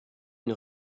une